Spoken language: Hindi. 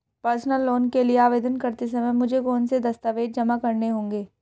पर्सनल लोन के लिए आवेदन करते समय मुझे कौन से दस्तावेज़ जमा करने होंगे?